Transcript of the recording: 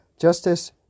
Justice